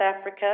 Africa